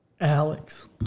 Alex